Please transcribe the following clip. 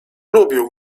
lubił